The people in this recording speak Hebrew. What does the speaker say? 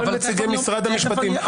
כולל נציגי משרד המשפטים,